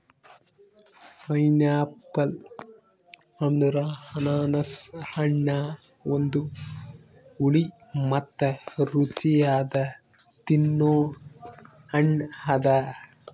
pineapple ಅಂದುರ್ ಅನಾನಸ್ ಹಣ್ಣ ಒಂದು ಹುಳಿ ಮತ್ತ ರುಚಿಯಾದ ತಿನ್ನೊ ಹಣ್ಣ ಅದಾ